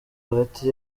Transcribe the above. hagati